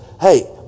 hey